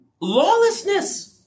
Lawlessness